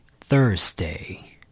Thursday